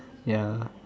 ya